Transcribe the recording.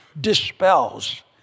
dispels